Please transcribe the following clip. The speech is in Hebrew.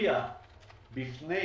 להתריע בפני